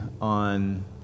on